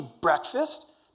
breakfast